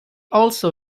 also